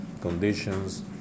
conditions